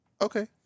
Okay